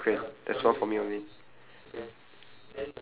super shine okay the pie there's two